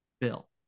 bill